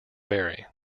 vary